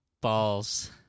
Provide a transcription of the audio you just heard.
balls